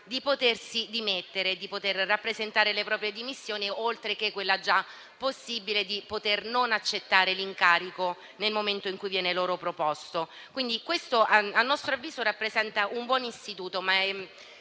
ovvero quella di poter presentare le proprie dimissioni, oltre a quella, già vigente, di poter non accettare l'incarico nel momento in cui viene loro proposto. Questo - a nostro avviso - rappresenta un buon istituto, ma è meramente